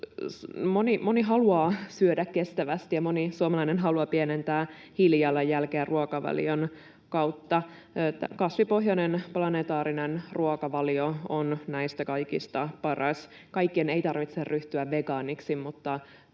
Moni haluaa syödä kestävästi, ja moni suomalainen haluaa pienentää hiilijalanjälkeä ruokavalion kautta. Kasvipohjainen planetaarinen ruokavalio on näistä kaikista paras. Kaikkien ei tarvitse ryhtyä vegaaniksi,